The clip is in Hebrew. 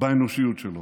באנושיות שלו.